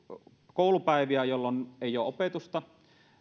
koulupäiviä jolloin ei ole opetusta